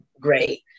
great